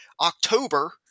October